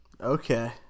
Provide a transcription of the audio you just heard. okay